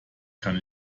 kann